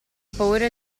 paura